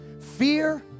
fear